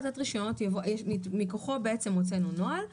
מכוחו הוצאנו נוהל,